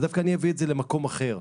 אז דווקא אני אביא את זה למקום אחר.